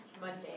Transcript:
Monday